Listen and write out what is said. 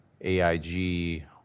AIG